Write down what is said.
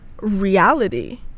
reality